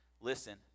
Listen